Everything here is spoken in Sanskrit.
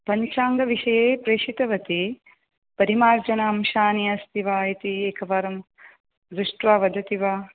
पञ्चाङ्गविषये प्रेषितवती परिमार्जन अंशानि अस्ति वा इति एकवारं दृष्ट्वा वदति वा